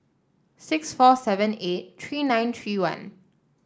six four seven eight three nine three one